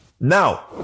Now